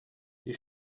die